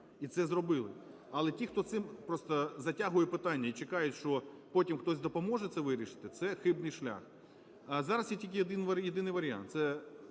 і це зробили. Але ті, хто цим просто затягує питання, і чекають, що потім хтось допоможе це вирішити – це хибний шлях. А зараз є тільки один єдиний варіант